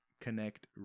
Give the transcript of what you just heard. Connect